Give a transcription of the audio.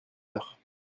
heure